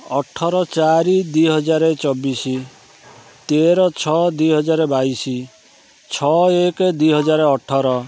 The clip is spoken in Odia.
ଅଠର ଚାରି ଦୁଇ ହଜାର ଚବିଶି ତେର ଛଅ ଦୁଇ ହଜାର ବାଇଶି ଛଅ ଏକ ଦୁଇ ହଜାର ଅଠର